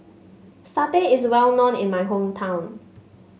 Satay is well known in my hometown